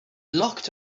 locked